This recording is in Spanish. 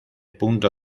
punto